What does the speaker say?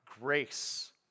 Grace